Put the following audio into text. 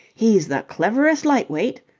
he's the cleverest lightweight,